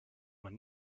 man